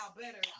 better